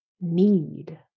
need